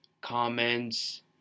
comments